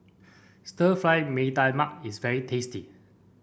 Stir Fried Mee Tai Mak is very tasty